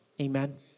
Amen